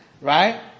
Right